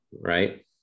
right